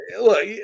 look